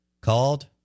called